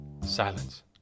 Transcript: Silence